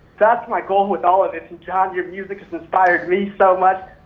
that's my goal with all of it, and john your music inspired me so much.